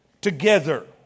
together